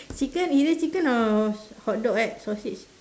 chicken is it chicken or hot dog right sausage